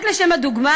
רק לשם הדוגמה,